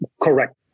correct